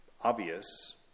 obvious